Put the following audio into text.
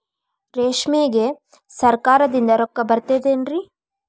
ರೇಷ್ಮೆಗೆ ಸರಕಾರದಿಂದ ರೊಕ್ಕ ಬರತೈತೇನ್ರಿ?